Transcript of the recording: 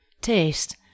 Taste